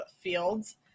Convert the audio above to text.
Fields